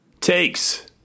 takes